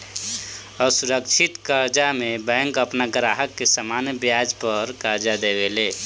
असुरक्षित कर्जा में बैंक आपन ग्राहक के सामान्य ब्याज दर पर कर्जा देवे ले